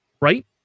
right